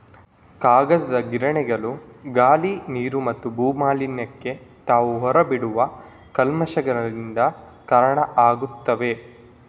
ಕಾಗದದ ಗಿರಣಿಗಳು ಗಾಳಿ, ನೀರು ಮತ್ತು ಭೂ ಮಾಲಿನ್ಯಕ್ಕೆ ತಾವು ಹೊರ ಬಿಡುವ ಕಲ್ಮಶಗಳಿಂದ ಕಾರಣ ಆಗ್ತವೆ